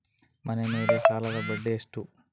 ಮನೆ ಮೇಲೆ ಸಾಲದ ಬಡ್ಡಿ ಎಷ್ಟು?